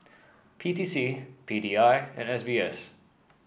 P T C P D I and S B S